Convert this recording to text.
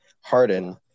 Harden